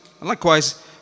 Likewise